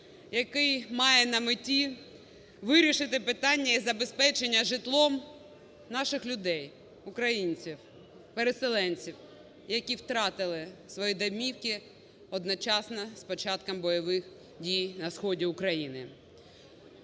який має на меті вирішити питання із забезпечення житлом наших людей українців, переселенців, які втратили свої домівки одночасно з початком бойових дій на сході України.